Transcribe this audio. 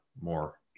more